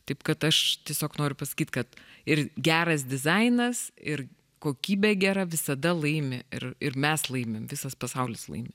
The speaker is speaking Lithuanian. taip kad aš tiesiog noriu pasakyt kad ir geras dizainas ir kokybė gera visada laimi ir ir mes laimim visas pasaulis laimi